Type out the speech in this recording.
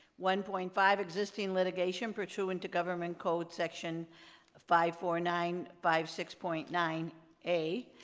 one point five existing litigation pursuant to government code, section five four nine five six point nine a,